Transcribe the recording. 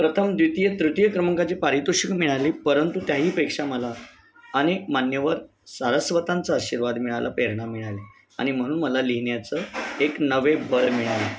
प्रथम द्वित तृतीय क्रमांकाची पारितोषिक मिळाली परंतु त्याहीपेक्षा मला अनेक मान्यवर सारस्वतांचा आशीर्वाद मिळाला प्रेरणा मिळाली आणि म्हणून मला लिहिण्याचं एक नवे बळ मिळाले